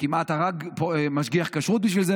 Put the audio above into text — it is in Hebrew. שכמעט הרג משגיח כשרות בשביל זה.